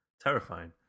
terrifying